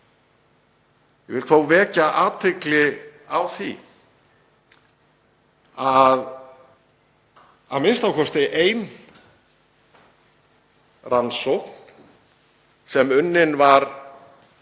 Ég vil þó vekja athygli á því að a.m.k. ein rannsókn, sem unnin var